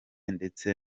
ndetse